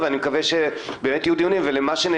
אני מבינה שבהמשך יתקיים דיון יותר מעמיק ומהותי